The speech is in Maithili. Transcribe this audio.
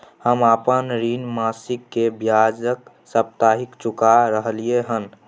हम अपन ऋण मासिक के बजाय साप्ताहिक चुका रहलियै हन